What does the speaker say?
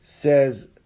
says